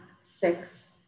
six